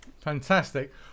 Fantastic